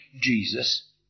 Jesus